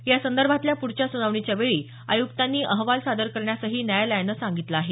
यासंदर्भातल्या प्रढच्या सुनावणीच्या वेळी आयुक्तांनी अहवाल सादर करण्यासही न्यायालयानं सांगितलं आहे